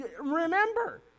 Remember